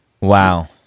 Wow